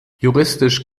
juristisch